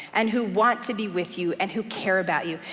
and who want to be with you, and who care about you,